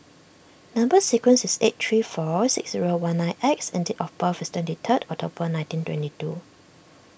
Number Sequence is eight three four six zero one nine X and date of birth is twenty third October nineteen twenty two